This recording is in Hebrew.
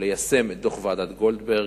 ליישם את דוח ועדת-גולדברג,